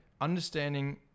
Understanding